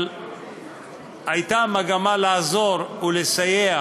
אבל הייתה מגמה לעזור ולסייע.